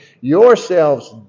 yourselves